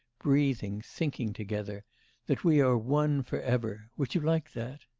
breathing, thinking together that we are one for ever would you like that